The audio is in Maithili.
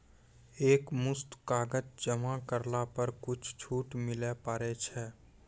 एक मुस्त कर्जा जमा करला पर कुछ छुट मिले पारे छै?